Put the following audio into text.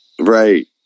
right